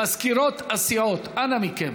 מזכירות הסיעות, אנא מכן.